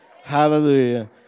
Hallelujah